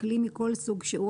כלי מכל סוג שהוא,